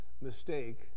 mistake